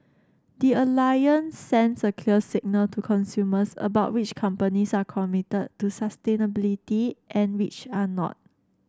the Alliance sends a clear signal to consumers about which companies are committed to sustainability and which are not